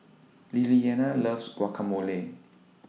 Lilliana loves Guacamole